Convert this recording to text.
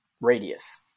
radius